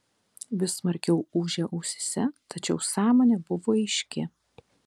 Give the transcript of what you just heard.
vis smarkiau ūžė ausyse tačiau sąmonė buvo aiški